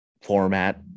format